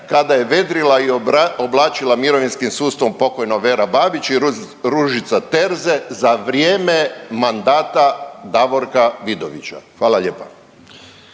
kada je vedrila i oblačila mirovinskim sustavom pokojna Vera Babić i Ružica Terze za vrijeme mandata Davorka Vidovića. Hvala lijepa.